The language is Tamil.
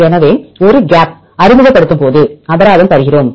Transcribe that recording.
எனவே ஒரு கேப் அறிமுகப்படுத்தும்போது அபராதம் தருகிறோம்